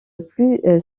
plus